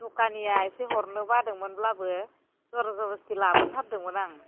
दखानिया एसे हरनो बादोंमोनब्लाबो जर जब'स्ति लाबोथारदोंमोन आं